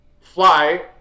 Fly